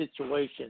situation